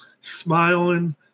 smiling